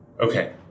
Okay